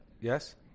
Yes